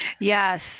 Yes